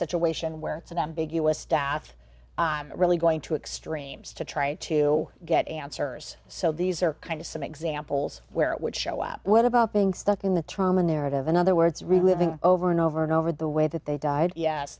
situation where it's an ambiguous staff really going to extremes to try to get answers so these are kind of some examples where it would show up what about being stuck in the trauma narrative in other words reliving over and over and over the way that they died